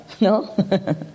no